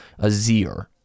Azir